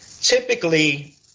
Typically